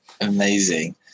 Amazing